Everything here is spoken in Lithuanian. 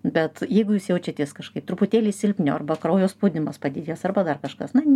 bet jeigu jūs jaučiatės kažkaip truputėlį silpniau arba kraujo spaudimas padidėjęs arba dar kažkas na